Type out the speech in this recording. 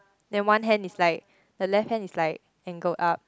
then one hand is like the left hand is like can go up